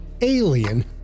alien